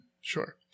Sure